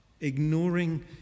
ignoring